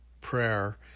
prayer